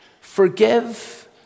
Forgive